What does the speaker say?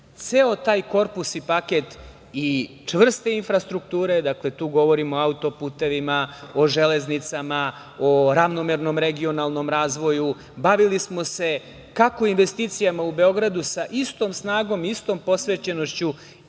ceo taj korpus i paket i čvrste infrastrukture. Dakle, tu govorimo o autoputevima, o železnicama, o ravnomernom regionalnom razvoju. Bavili smo se kako investicijama Beogradu, sa istom snagom, istom posvećenošću